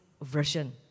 version